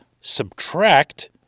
subtract